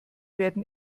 werden